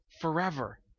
forever